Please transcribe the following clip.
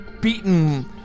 beaten